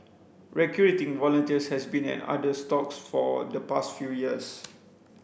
recruiting volunteers has been an arduous task for the past few years